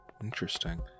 Interesting